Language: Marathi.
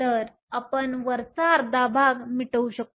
तर आपण वरचा अर्धा भाग मिटवू शकतो